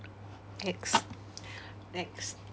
X X